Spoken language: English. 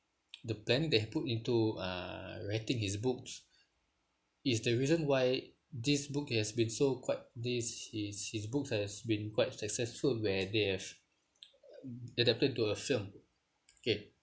the planning they have put into uh writing his books is the reason why this book has been so quite this his his book has been quite successful where they have adapted it into a film okay